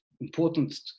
important